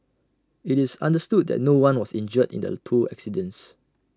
IT is understood that no one was injured in the two accidents